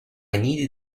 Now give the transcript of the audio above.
needed